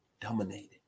Dominated